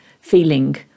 feeling